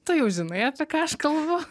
tu jau žinai apie ką aš kalbu